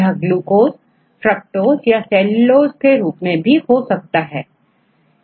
यह ग्लूकोस या फ्रुक्टोज या सैलूलोज के रूप में भी हो सकता है